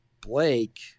Blake